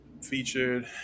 featured